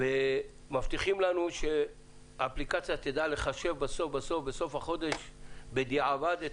מבטיחים לנו שהאפליקציה תדע לחשב בסוף החודש בדיעבד את